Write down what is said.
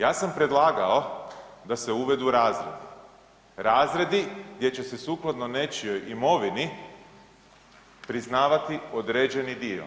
Ja sam predlagao da se uvedu razredi, razredi gdje će se sukladno nečijoj imovini priznavati određeni dio.